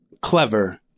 clever